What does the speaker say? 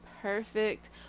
perfect